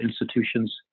institutions